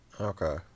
Okay